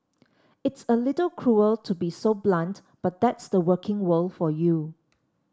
it's a little cruel to be so blunt but tha's the working world for you